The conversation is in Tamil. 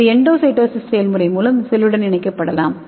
இது எண்டோசைட்டோசிஸ் செயல்முறை மூலம் செல்லுடன் இணைக்கப்படலாம்